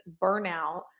burnout